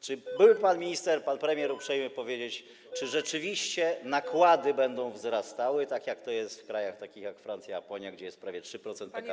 Czy pan minister, pan premier byłby uprzejmy powiedzieć, czy rzeczywiście nakłady będą wzrastały, tak jak to jest w krajach takich jak Francja czy Japonia, gdzie jest prawie 3% PKB.